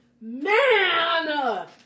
man